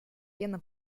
пена